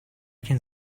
can